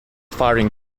firing